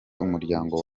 umuryango